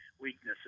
weaknesses